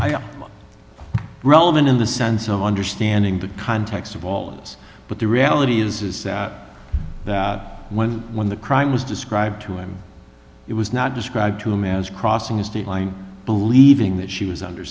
relevant in the sense of understanding the context of all of us but the reality is is that when when the crime was described to him it was not described to him as crossing a state line believing that she was under